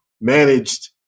managed